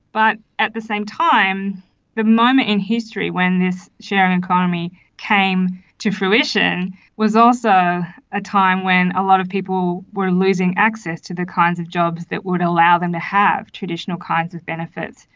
but at the same time the moment in history when this sharing economy came to fruition was also a time when a lot of people were losing access to the kinds of jobs that would allow them to have traditional kinds of benefits,